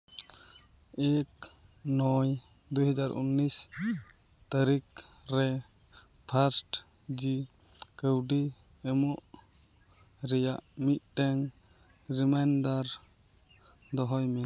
ᱮᱠ ᱱᱚᱭ ᱫᱩᱭ ᱦᱟᱡᱟᱨ ᱩᱱᱤᱥ ᱛᱟᱹᱨᱤᱠᱷ ᱨᱮ ᱯᱷᱟᱥᱴ ᱡᱤ ᱠᱟᱹᱣᱰᱤ ᱮᱢᱚᱜ ᱨᱮᱭᱟᱜ ᱢᱤᱫᱴᱮᱱ ᱨᱤᱢᱟᱭᱤᱱᱰᱟᱨ ᱫᱚᱦᱚᱭ ᱢᱮ